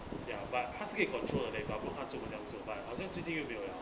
ya but 他是可以 control they got but 他作文不问这样做 but 好像最近又没有 liao